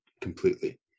completely